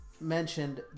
mentioned